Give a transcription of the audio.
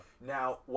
Now